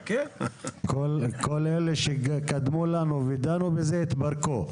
כל אלה שקדמו לנו, ודנו בזה, התפרקו.